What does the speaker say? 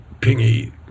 pingy